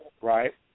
right